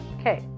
Okay